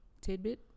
tidbit